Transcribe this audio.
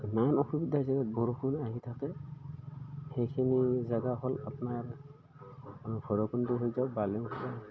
নানান অসুবিধা হৈছে বৰষুণ আহি থাকে সেইখিনি জেগা হ'ল আপোনাৰ ভৈৰৱকুণ্ড হৈ যাওক বালি